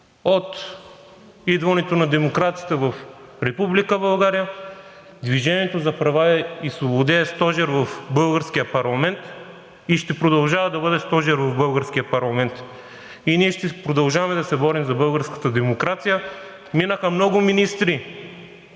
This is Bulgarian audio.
от идването на демокрацията в Република България „Движение за права и свободи“ е стожер в българския парламент и ще продължава да бъде стожер в българския парламент. Ние ще продължаваме да се борим за българската демокрация. Минаха много министри